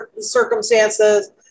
circumstances